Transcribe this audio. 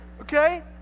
okay